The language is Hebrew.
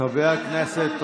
חבר הכנסת רוטמן,